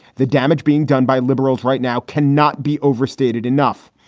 the damage being done by liberals right now cannot be overstated enough.